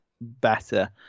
better